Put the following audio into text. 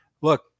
look